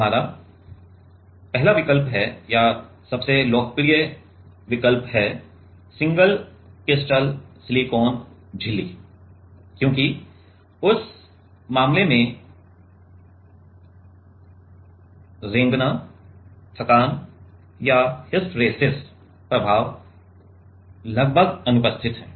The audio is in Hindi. हमारा पहला विकल्प है या सबसे लोकप्रिय विकल्प सिंगल क्रिस्टल सिलिकॉन झिल्ली है क्योंकि उस मामले में रेंगना थकान या हिस्टैरिसीस प्रभाव लगभग अनुपस्थित है